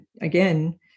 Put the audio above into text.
again